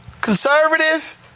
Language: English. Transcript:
conservative